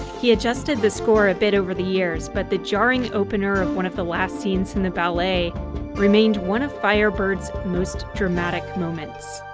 he adjusted the score a bit over the years but the jarring opener of one of the last scenes in the ballet remained one of firebird's most dramatic moments.